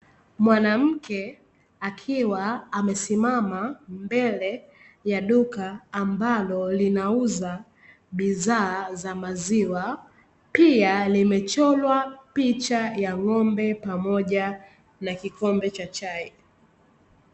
Mwanamke akiwa amesimama mbele ya duka, ambalo linauza bidhaa za maziwa, pia limechorwa picha ya ng'ombe pamoja na kikombe cha chai.